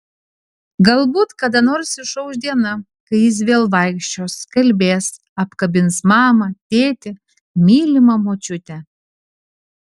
galbūt kada nors išauš diena kai jis vėl vaikščios kalbės apkabins mamą tėtį mylimą močiutę